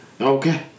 Okay